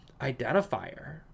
identifier